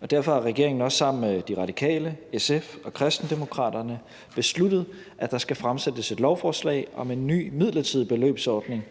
og derfor har regeringen også, sammen med De Radikale, SF og Kristendemokraterne, besluttet, at der skal fremsættes et lovforslag om en ny, midlertidig beløbsordning,